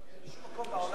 עכשיו,